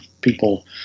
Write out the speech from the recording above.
people